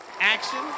Action